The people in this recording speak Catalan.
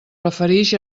referix